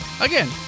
Again